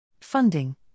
Funding